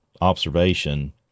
observation